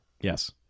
Yes